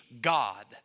God